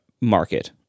market